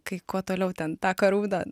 kai kuo toliau ten tą karūną